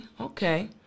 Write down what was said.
okay